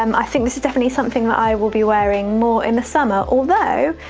um i think this is definitely something that i will be wearing more in the summer, although,